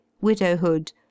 widowhood